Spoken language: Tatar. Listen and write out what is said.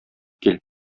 кил